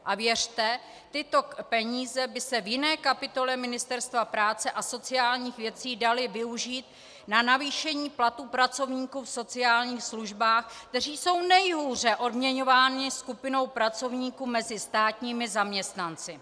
A věřte, tyto peníze by se v jiné kapitole Ministerstva práce a sociálních věcí daly využít na navýšení platů pracovníků v sociálních službách, kteří jsou nejhůře odměňovanou skupinou pracovníků mezi státními zaměstnanci.